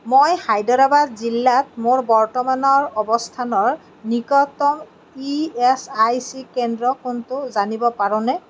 মই হায়দৰাবাদ জিলাত মোৰ বৰ্তমানৰ অৱস্থানৰ নিকটতম ই এচ আই চি কেন্দ্ৰ কোনটো জানিব পাৰোঁনে